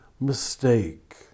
mistake